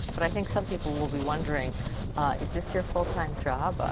but i think some people will be wondering is this your full-time job? ah